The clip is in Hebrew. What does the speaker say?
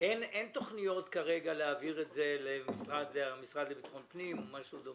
אין תכניות להעביר את זה למשרד לביטחון פנים או משהו דומה?